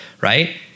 right